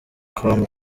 com